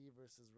versus